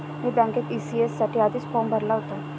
मी बँकेत ई.सी.एस साठी आधीच फॉर्म भरला होता